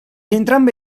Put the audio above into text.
entrambe